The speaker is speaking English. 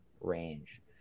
range